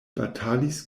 batalis